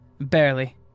Barely